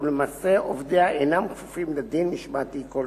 ולמעשה עובדיה אינם כפופים לדין משמעתי כלשהו.